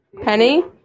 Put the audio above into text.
Penny